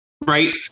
right